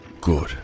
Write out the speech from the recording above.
Good